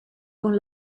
con